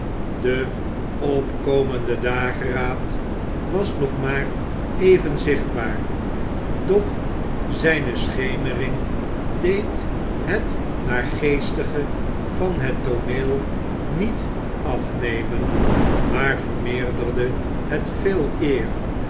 de opkomende dageraad was nog maar even zichtbaar doch zijne schemering deed het naargeestige van het tooneel niet afnemen maar vermeerderde het veeleer